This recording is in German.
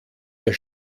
der